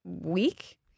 week